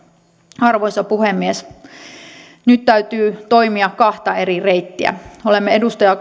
arvoisa puhemies nyt täytyy toimia kahta eri reittiä olemme edustaja